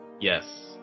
Yes